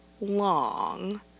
long